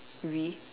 we